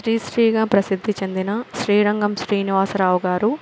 శ్రీశ్రీగా ప్రసిద్ధి చెందిన శ్రీరంగం శ్రీనివాస రావు గారు